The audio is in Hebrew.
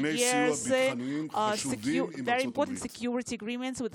סיוע ביטחוניים חשובים עם ארצות הברית.